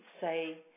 say